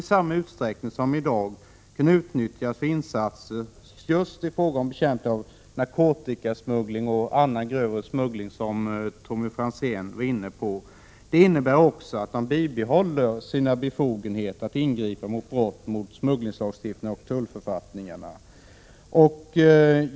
i samma utsträckning som i dag kunna utnyttjas för insatser just vid bekämpning av narkotikasmuggling och annan grövre smuggling, som Tommy Franzén var inne på. Det innebär också att kustbevakningen bibehåller sina befogenheter att ingripa vid brott mot smugglingslagstiftningen och tullförfattningarna.